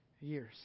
years